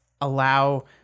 Allow